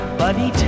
buddy